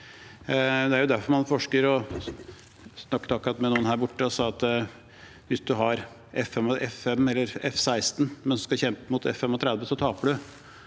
Det er derfor man forsker. Jeg snakket akkurat med noen som sa at hvis man har F-5 eller F-16 og man skal kjempe mot F35, så taper man.